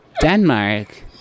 Denmark